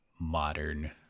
modern